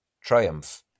triumph